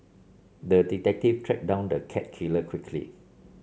the detective tracked down the cat killer quickly